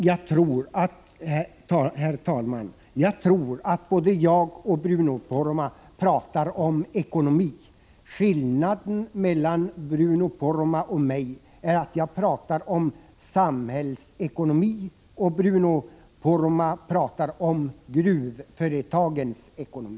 Herr talman! Både jag och Bruno Poromaa talar om ekonomi. Skillnaden mellan oss är att jag talar om samhällsekonomi och han om gruvföretagens ekonomi.